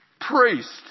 Priest